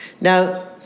Now